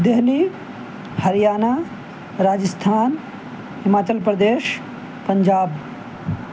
Delhi Haryana Rajasthan Himachal Pradesh Punjab